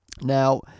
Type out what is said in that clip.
Now